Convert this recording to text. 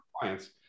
clients